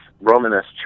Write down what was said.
Romanesque